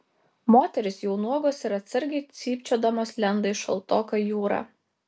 moterys jau nuogos ir atsargiai cypčiodamos lenda į šaltoką jūrą